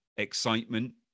excitement